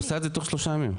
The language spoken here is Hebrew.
את עושה את זה תוך שלושה ימים.